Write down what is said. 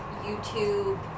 YouTube